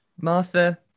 Martha